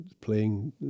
playing